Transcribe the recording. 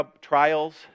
trials